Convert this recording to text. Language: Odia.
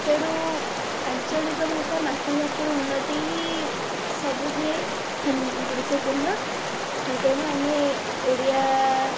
ତେଣୁ ଆଞ୍ଚଳିକ ଭାଷା ମାତୃଭାଷାର ଉନ୍ନତି ହିଁ ସବୁଥିରେ ଗୁରୁତ୍ୱପୂର୍ଣ୍ଣ ତେଣୁ ଆମେ ଓଡ଼ିଆ